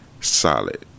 solid